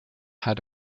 had